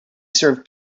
serve